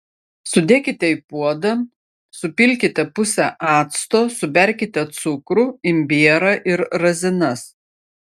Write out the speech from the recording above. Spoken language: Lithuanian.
sudėkite į puodą supilkite pusę acto suberkite cukrų imbierą ir razinas